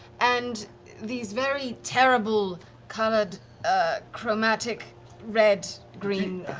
and these very terrible colored ah chromatic red, green,